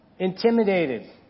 intimidated